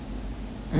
mm